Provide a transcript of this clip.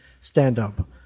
stand-up